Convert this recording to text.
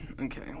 Okay